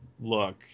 look